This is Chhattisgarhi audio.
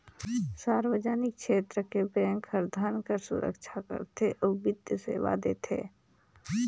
सार्वजनिक छेत्र के बेंक हर धन कर सुरक्छा करथे अउ बित्तीय सेवा देथे